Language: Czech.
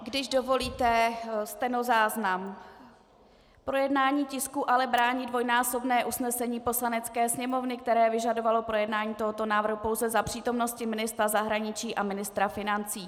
Když dovolíte, stenozáznam: projednání tisku ale brání dvojnásobné usnesení Poslanecké sněmovny, které vyžadovalo projednání tohoto návrhu pouze za přítomnosti ministra zahraničí a ministra financí.